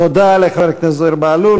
תודה לחבר הכנסת זוהיר בהלול.